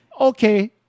Okay